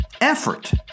Effort